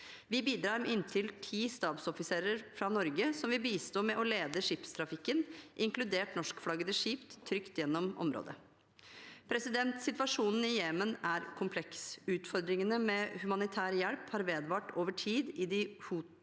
Vi bidrar med inntil ti stabsoffiserer fra Norge, som vil bistå med å lede skipstrafikken, inkludert norskflaggede skip, trygt gjennom området. Situasjonen i Jemen er kompleks. Utfordringene med humanitær hjelp har vedvart over tid i de houthikontrollerte